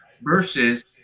Versus